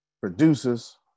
producers